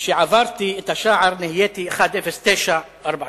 וכשעברתי את השער נהייתי '109432'".